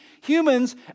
humans